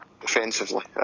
defensively